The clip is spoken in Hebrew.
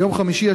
ביום חמישי,